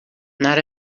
not